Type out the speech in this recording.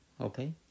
Okay